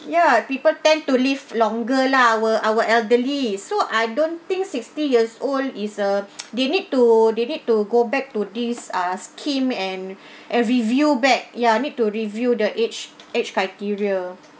ya people tend to live longer lah our our elderly so I don't think sixty years old is uh they need to they need to go back to this ah scheme and and review back ya need to review the age age criteria